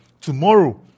tomorrow